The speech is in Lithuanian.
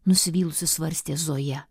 nusivylusi svarstė zoja